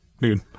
dude